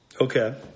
Okay